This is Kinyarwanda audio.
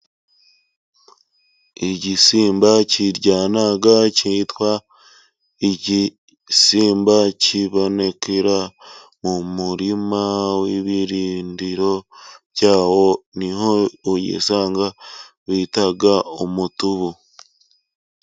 Igisimba kiryana kitwa igisimba kibonekera mu murima w'ibirindiro byawo, niho uyisanga bita umutubu.